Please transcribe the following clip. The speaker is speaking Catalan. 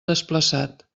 desplaçat